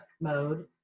mode